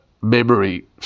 memory